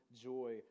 joy